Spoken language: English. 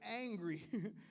angry